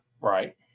Right